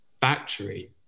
factory